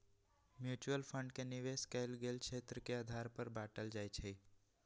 mutual fund के निवेश कएल गेल क्षेत्र के आधार पर बाटल जाइ छइ